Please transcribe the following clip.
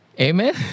amen